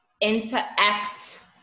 interact